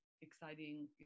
exciting